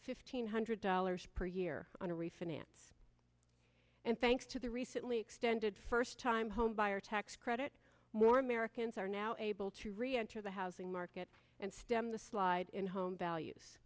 fifteen hundred dollars per year on a refinance and thanks to the recently extended first time homebuyer tax credit more americans are now able to reenter the housing market and stem the slide in home values